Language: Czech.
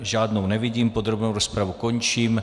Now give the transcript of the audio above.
Žádnou nevidím, podrobnou rozpravu končím.